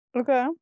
okay